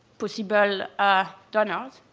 possible ah donors.